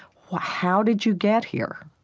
how did you get here?